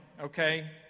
okay